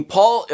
Paul